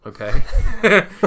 okay